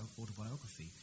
autobiography